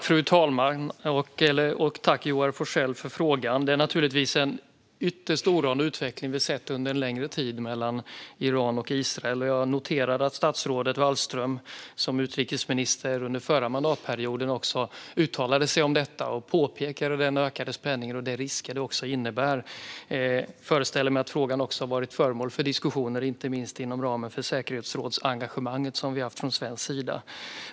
Fru talman! Jag tackar Joar Forssell för frågan. Det är naturligtvis en ytterst oroande utveckling som vi har sett under en längre tid mellan Iran och Israel. Jag noterade att Margot Wallström som utrikesminister under den förra mandatperioden uttalade sig om detta. Hon pekade på den ökade spänningen och de risker som den innebär. Jag föreställer mig att frågan också har varit föremål för diskussioner, inte minst inom ramen för säkerhetsrådsengagemanget som vi har haft från svensk sida.